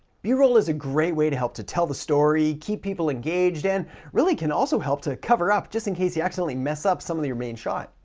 b-roll is a great way to help to tell the story, keep people engaged, and really can also help to cover up, just in case you accidentally mess up some of your main shot.